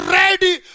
ready